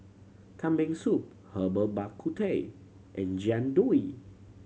Kambing Soup Herbal Bak Ku Teh and Jian Dui